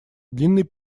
длинный